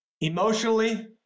emotionally